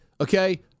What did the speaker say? Okay